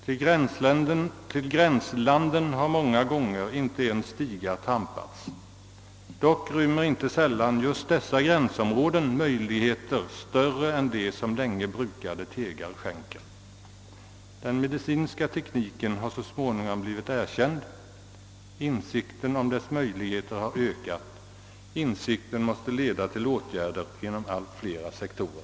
Till gränslanden har många gånger inte ens stigar trampats. Dock rymmer inte sällan just dessa gränsområden möjligheter större än de som länge brukade tegar skänker. Den medicinska tekniken har så småningom blivit erkänd. Insikten om dess möjligheter har ökat. Insikten måste leda till åtgärder inom allt flera sektorer.»